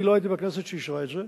אני לא הייתי בכנסת שאישרה את זה,